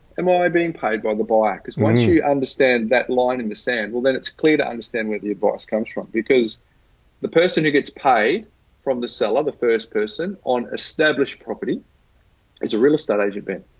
am i being paid by the buyer? because once you understand that line in the sand, well then it's clear to understand where the boss comes from because the person who gets paid from the seller, the first person on established property is a real estate agent. but